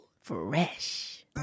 Fresh